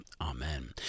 Amen